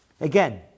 again